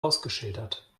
ausgeschildert